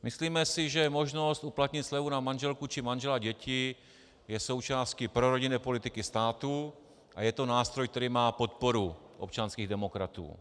Myslíme si, že možnost uplatnit slevu na manželku či manžela, děti je součástí prorodinné politiky státu a je to nástroj, který má podporu občanských demokratů.